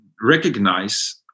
recognize